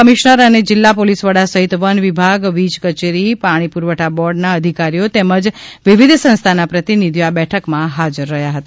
commissioner અને જિલ્લા police વડા સહિત વન વિભાગ વીજ કચેરી પાણી પુરવઠા બોર્ડ ના અધિકારીઓ તેમજ વિવિધ સંસ્થાના પ્રતિનિધિઓ આ બેઠકમાં હાજર રહ્યા હતા